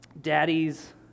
daddies